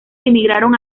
emigraron